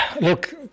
Look